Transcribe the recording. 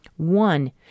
One